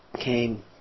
came